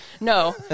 no